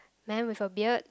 man with a beard